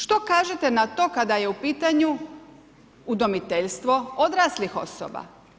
Što kažete na to kada je u pitanju udomiteljstvo odraslih osoba?